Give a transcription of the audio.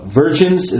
virgins